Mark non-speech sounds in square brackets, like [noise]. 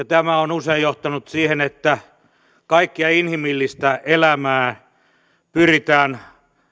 [unintelligible] tämä on usein johtanut siihen että kaikkea inhimillistä elämää pyritään